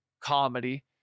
comedy